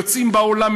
יוצאים לעולם,